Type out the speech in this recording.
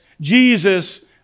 Jesus